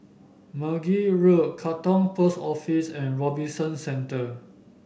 Meragi Road Katong Post Office and Robinson Centre